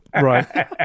Right